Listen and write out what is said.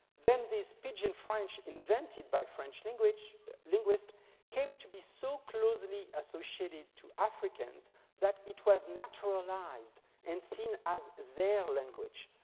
then this pidgin french invented by french linguists came to be so closely associated to africans that it was naturalized and seen as their language.